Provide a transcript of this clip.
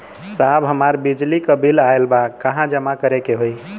साहब हमार बिजली क बिल ऑयल बा कहाँ जमा करेके होइ?